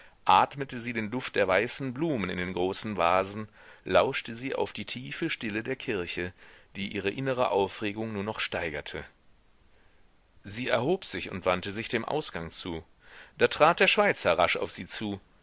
atmete sie den duft der weißen blumen in den großen vasen lauschte sie auf die tiefe stille der kirche die ihre innere aufregung nur noch steigerte sie erhob sich und wandte sich dem ausgang zu da trat der schweizer rasch auf sie zu